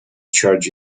charge